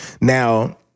Now